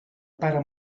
pare